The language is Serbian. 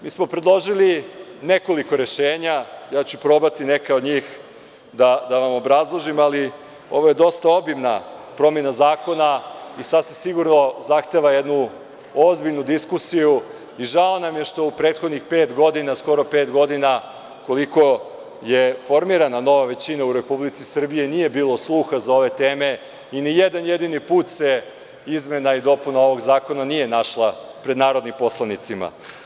Mi smo predložili nekoliko rešenja, ja ću probati neka od njih da vam obrazložim, ali ovo je dosta obimna promena zakona i sasvim sigurno zahteva jednu ozbiljnu diskusiju i žao nam je što u prethodnih pet godina, skoro pet godina, koliko je formirana nova većina u Republici Srbiji nije bilo sluha za ove teme i ni jedan jedini put se izmena i dopuna ovog zakona nije našla pred narodnim poslanicima.